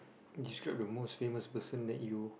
describe the most famous person that you